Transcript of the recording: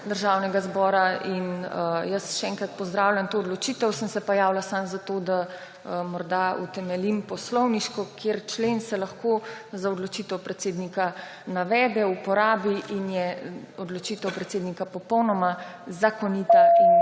Državnega zbora. Jaz še enkrat pozdravljam to odločitev. Sem se pa javila samo zato, da morda utemeljim poslovniško, kateri člen se lahko za odločitev predsednika navede, uporabi in je odločitev predsednika popolnoma zakonita še